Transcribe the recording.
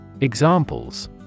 Examples